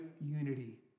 unity